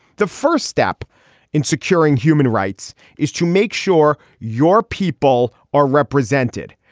the first step in securing human rights is to make sure your people are represented.